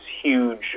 huge